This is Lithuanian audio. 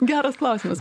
geras klausimas